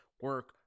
Work